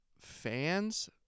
fans